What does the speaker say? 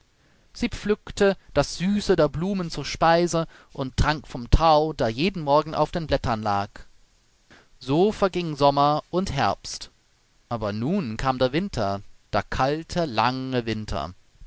sie pflückte das süße der blumen zur speise und trank vom tau der jeden morgen auf den blättern lag so verging sommer und herbst aber nun kam der winter der kalte lange winter